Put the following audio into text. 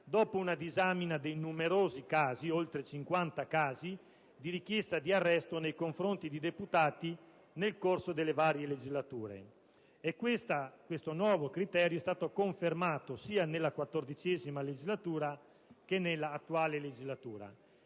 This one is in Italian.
dopo una disamina dei numerosi casi (oltre cinquanta) di richiesta di arresto nei confronti di deputati nel corso delle varie legislature. Tale nuovo criterio è stato confermato sia nella XIV che nell'attuale legislatura.